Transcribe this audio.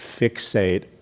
fixate